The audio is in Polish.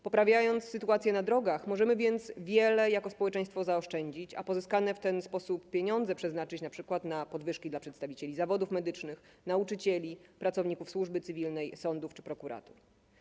Poprawiając sytuację na drogach, możemy wiele jako społeczeństwo zaoszczędzić, a pozyskane w ten sposób pieniądze przeznaczyć np. na podwyżki dla przedstawicieli zawodów medycznych, nauczycieli, pracowników służby cywilnej, sądów czy prokuratur.